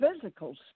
physical